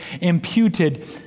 imputed